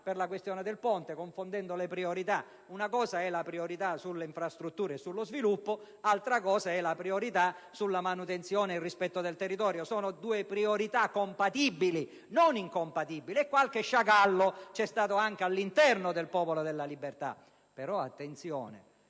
per la questione del Ponte sullo Stretto, confondendo le priorità, perché un conto è la priorità sulle infrastrutture e sullo sviluppo, altro è la priorità sulla manutenzione e sul rispetto del territorio. Sono due priorità compatibili, non incompatibili, e qualche sciacallo c'è stato anche all'interno del PdL. Però, attenzione,